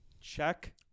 Check